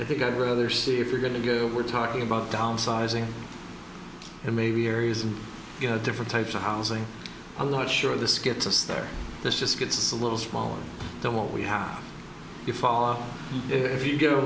i think i'd rather see if you're going to get we're talking about downsizing and maybe areas and different types of housing i'm not sure this gets us there this just gets a little smaller than what we have you fall off if you go